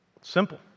Simple